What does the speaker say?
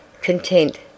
content